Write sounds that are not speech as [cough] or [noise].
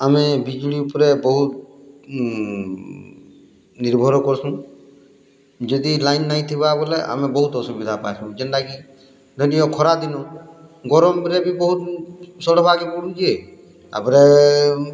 ଆମେ ବିଜୁଳି ଉପରେ ବହୁତ ନିର୍ଭର କରସୁଁ ଯଦି ଲାଇନ୍ ନାଇଁ ଥିବା ବୋଲେ ଆମେ ବହୁତ୍ ଅସୁବିଧା ପାସୁଁ ଯେନ୍ତା କି [unintelligible] ଖରା ଦିନୁ ଗରମ୍ ବେଲେ ବି ବହୁତ୍ ସଢ଼ବାକେ ପଡ଼ୁଛିଁ ତା'ପରେ